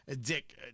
Dick